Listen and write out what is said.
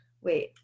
wait